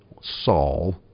Saul